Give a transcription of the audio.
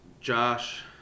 Josh